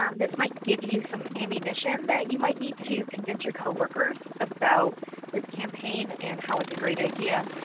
um this might give you some ammunition that you might need to convince your coworkers about this campaign and how it is a great idea.